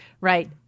right